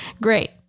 Great